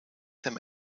them